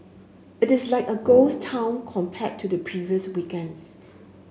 it is like a ghost town compared to the previous weekends